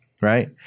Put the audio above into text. right